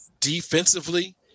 defensively